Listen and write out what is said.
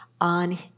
on